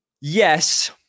Yes